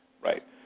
Right